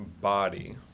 body